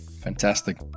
Fantastic